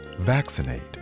Vaccinate